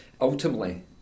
Ultimately